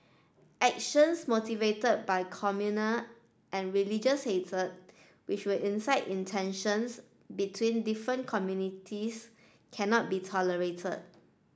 actions motivated by communal and religious hatred which will incite in tensions between different communities cannot be tolerated